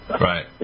Right